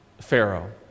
Pharaoh